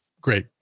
Great